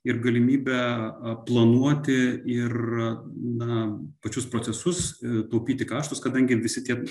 ir galimybę planuoti ir na pačius procesus taupyti kaštus kadangi visi tie